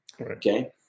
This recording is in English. Okay